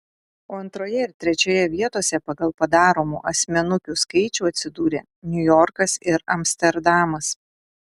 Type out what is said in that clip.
o antroje ir trečioje vietose pagal padaromų asmenukių skaičių atsidūrė niujorkas ir amsterdamas